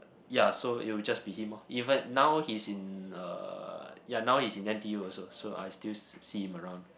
ya so it will just be him even now he's in uh ya now he's in N_T_U also so I still see see him around